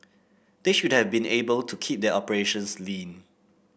they should have been able to keep their operations lean